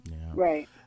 right